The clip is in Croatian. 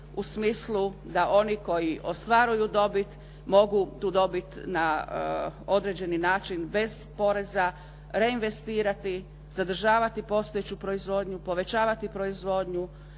u smislu da oni koji ostvaruju dobit mogu tu dobit na određeni način bez poreza reinvestirati, zadržavati postojeću proizvodnju, povećavati proizvodnju,